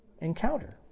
encounter